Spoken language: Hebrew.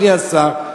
אדוני השר,